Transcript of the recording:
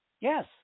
yes